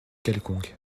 quelconque